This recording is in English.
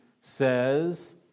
says